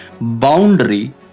boundary